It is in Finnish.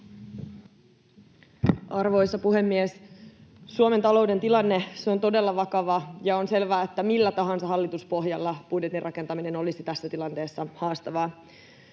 Arvoisa puhemies! Suomen talouden tilanne on todella vakava, ja on selvää, että millä tahansa hallituspohjalla budjetin rakentaminen olisi tässä tilanteessa haastavaa.